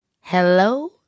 Hello